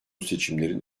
seçimlerin